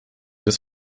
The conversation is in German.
des